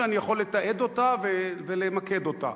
ואני יכול לתעד אותה ולמקד אותה.